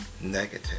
Negative